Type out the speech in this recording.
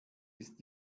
ist